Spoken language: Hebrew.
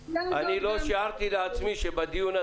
אמרתי שאנחנו בודקים את הנושא.